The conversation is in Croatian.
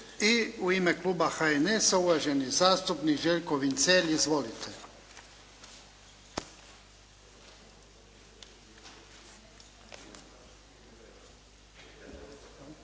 I u ime kluba HNS-a, uvaženi zastupnik Željko Vincelj. Izvolite.